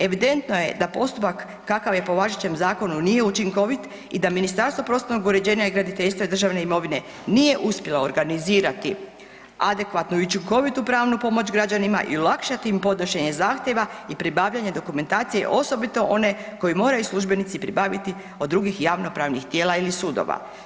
Evidentno je da postupak kakav je po važećem zakonu nije učinkovit i da Ministarstvo prostornog uređenja i graditeljstva i državne imovine nije uspjelo organizirati adekvatnu i učinkovitu pravnu pomoć građanima i olakšati im podnošenje zahtjeva i pribavljanje dokumentacije osobito one koje moraju službenici pribaviti od drugih javnopravnih tijela ili sudova.